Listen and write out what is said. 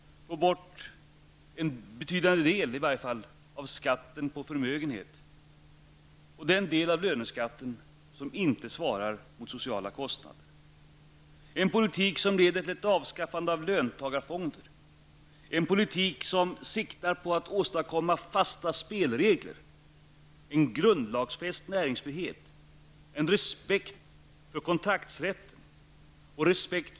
Vi måste också få bort, i varje fall i betydande utsträckning, skatten på förmögenheter och den del av löneskatten som inte svarar mot sociala kostnader. Det handlar om en politik som leder till ett avskaffande av löntagarfonderna och som siktar till att åstadkomma fasta spelregler, en grundlagsfäst näringsfrihet samt respekt för kontakt och ägarrätten.